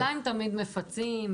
השאלה אם תמיד מפצים.